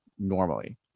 normally